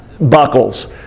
buckles